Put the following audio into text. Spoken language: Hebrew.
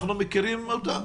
אנחנו מכירים אותה,